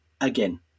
again